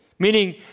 Meaning